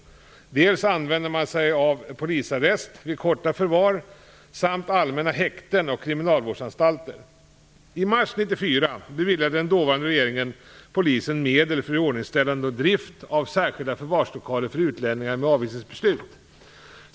Dessutom använder man sig av polisarrest, vid korta förvar, samt allmänna häkten och kriminalvårdsanstalter. I mars 1994 beviljade den dåvarande regeringen polisen medel för iordningställande och drift av särskilda förvarslokaler för utlänningar med avvisningsbeslut.